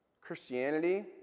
Christianity